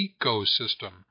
ecosystem